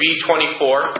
B-24